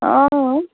অঁ